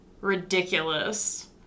ridiculous